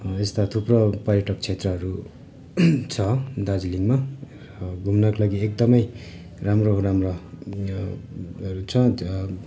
यस्ता थुप्रो पर्यटक क्षेत्रहरू छ दार्जिलिङमा घुम्नका लागि एकदमै राम्रो राम्रो हरू छ